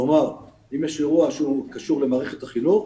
כלומר, אם יש אירוע שהוא קשור למערכת החינוך,